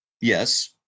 Yes